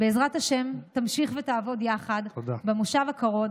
בעזרת השם, תמשיך ותעבוד יחד במושב הקרוב,